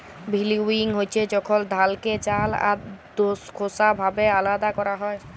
ভিল্লউইং হছে যখল ধালকে চাল আর খোসা ভাবে আলাদা ক্যরা হ্যয়